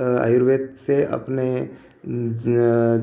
आयुर्वेद से अपने